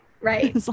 Right